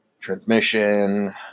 transmission